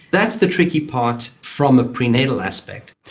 that's the tricky part from a pre-natal aspect.